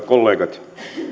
kollegat